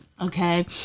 okay